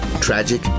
tragic